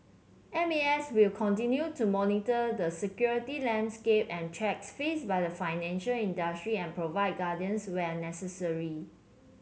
M A S will continue to monitor the security landscape and threats faced by the financial industry and provide guardians where necessary